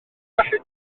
gallu